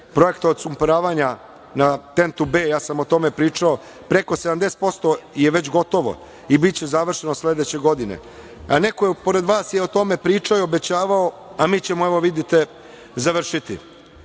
projekta odsumporavanja na TENTU B, ja sam o tome pričao, preko 70% je već gotovo i biće završeno sledeće godine. Neko pored vas je o tome pričao i obećavao, a mi ćemo, evo vidite, završiti.